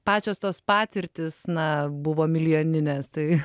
pačios tos patirtys na buvo milijoninės tai